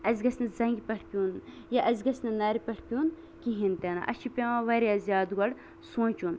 اَسہِ گژھِ نہٕ زَنگہِ پٮ۪ٹھ پیوٚن یا اَسہِ گژھِ نہٕ نَرِ پٮ۪ٹھ پیوٚن کِہینۍ تہِ نہٕ اَسہِ چھُ پیوان واریاہ زیادٕ گۄڈٕ سوںچُن